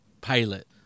pilot